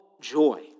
joy